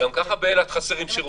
גם ככה באילת חסרים שירותים.